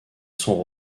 sont